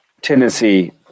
tendency